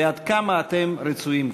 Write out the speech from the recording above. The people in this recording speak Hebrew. ועד כמה אתם רצויים כאן.